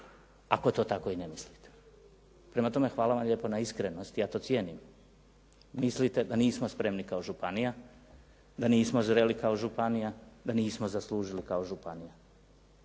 ako to tako i ne mislite. Prema tome, hvala vam lijepo na iskrenosti, ja to cijenim. Mislite da nismo spremni kao županija, da nismo zreli kao županija, da nismo zaslužili kao županija.